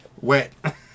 wet